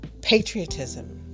patriotism